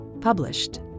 published